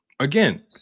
again